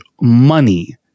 money